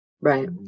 Right